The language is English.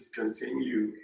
continue